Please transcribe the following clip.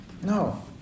No